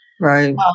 Right